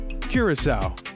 curacao